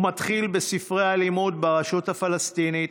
הוא מתחיל בספרי הלימוד ברשות הפלסטינית,